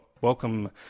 welcome